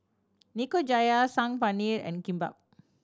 Nikujaga Saag Paneer and Kimbap